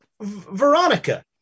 Veronica